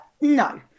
no